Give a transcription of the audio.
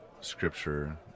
Scripture